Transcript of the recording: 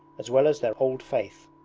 as well as their old faith.